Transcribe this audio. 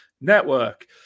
network